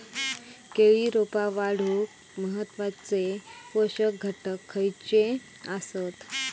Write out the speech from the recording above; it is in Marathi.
केळी रोपा वाढूक महत्वाचे पोषक घटक खयचे आसत?